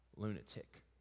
lunatic